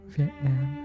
Vietnam